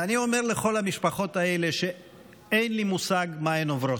אני אומר לכל המשפחות האלה שאין לי מושג מה הן עוברות.